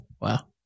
Wow